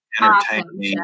entertaining